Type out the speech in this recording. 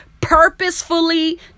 purposefully